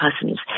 persons